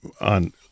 on